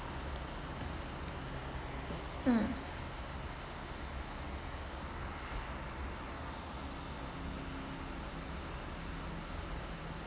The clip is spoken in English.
mm